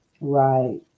right